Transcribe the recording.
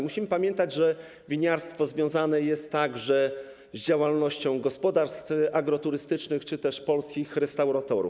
Musimy pamiętać, że winiarstwo związane jest także z działalnością gospodarstw agroturystycznych czy też polskich restauratorów.